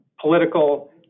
political